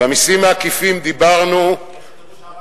על המסים העקיפים דיברנו, שיכתבו שם,